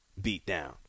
beatdown